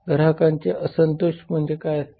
ग्राहकांचे असंतोष म्हणजे काय असते